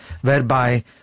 whereby